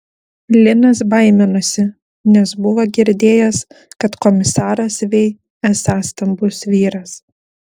linas baiminosi nes buvo girdėjęs kad komisaras vei esąs stambus vyras